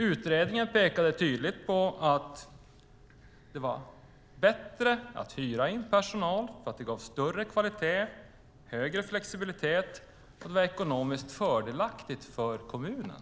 Utredningen pekade tydligt på att det var bättre att hyra in personal eftersom det gav större kvalitet, högre flexibilitet och det var ekonomiskt fördelaktigt för kommunen.